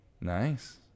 Nice